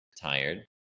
tired